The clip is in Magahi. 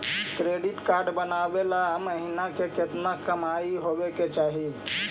क्रेडिट कार्ड बनबाबे ल महीना के केतना कमाइ होबे के चाही?